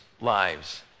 lives